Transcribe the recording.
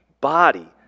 body